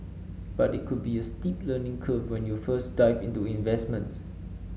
but it could be a steep learning curve when you first dive into investments